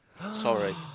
Sorry